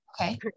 okay